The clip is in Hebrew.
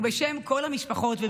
בשמי ובשם כל המשפחות.